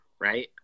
right